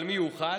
ועל מי הוא חל,